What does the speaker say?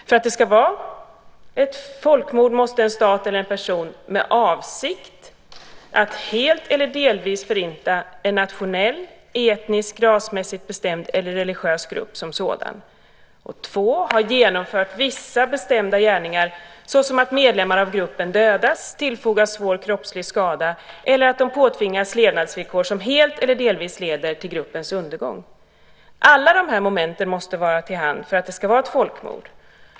För att det ska betraktas som ett folkmord måste en stat eller en person med avsikt att helt eller delvis förinta en nationell, etnisk, rasmässigt bestämd eller religiös grupp som sådan - och här kommer det andra kravet - ha genomfört vissa bestämda gärningar såsom att medlemmar av gruppen dödas, tillfogas svår kroppslig skada eller att de påtvingas levnadsvillkor som helt eller delvis leder till gruppens undergång. Alla dessa moment måste vara för handen för att det ska vara ett folkmord.